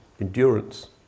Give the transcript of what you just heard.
endurance